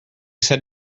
said